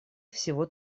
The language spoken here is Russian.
всего